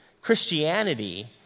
Christianity